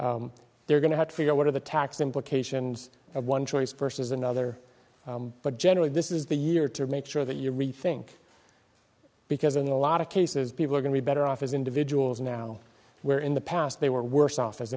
do they're going to have to figure what are the tax implications of one choice versus another but generally this is the year to make sure that you rethink because in a lot of cases people are going to be better off as individuals now where in the past they were worse off as